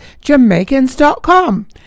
Jamaicans.com